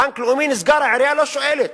בנק לאומי נסגר, העירייה לא שואלת.